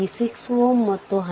5 ampere ಆಗಿದೆ